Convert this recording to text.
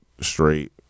straight